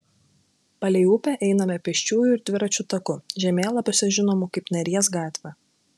palei upę einame pėsčiųjų ir dviračių taku žemėlapiuose žinomų kaip neries gatvė